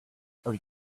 are